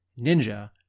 Ninja